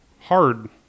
hard